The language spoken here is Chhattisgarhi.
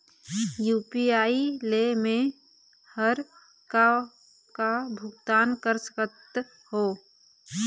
यू.पी.आई ले मे हर का का भुगतान कर सकत हो?